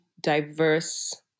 diverse